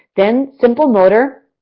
then, simple motor,